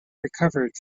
recovered